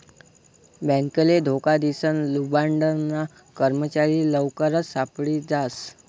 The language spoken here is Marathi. बॅकले धोका दिसन लुबाडनारा कर्मचारी लवकरच सापडी जास